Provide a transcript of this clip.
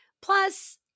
Plus